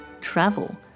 travel